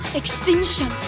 extinction